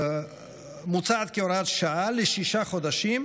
מוצעת כהוראת שעה לשישה חודשים,